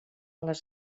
les